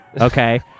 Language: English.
Okay